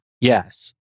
Yes